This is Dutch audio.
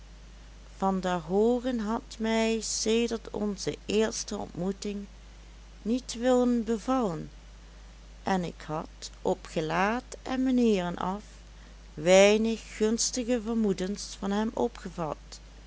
van der hoogen had mij sedert onze eerste ontmoeting niet willen bevallen en ik had op gelaat en manieren af weinig gunstige vermoedens van hem opgevat